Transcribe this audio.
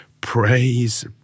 praise